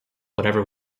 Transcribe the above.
whatever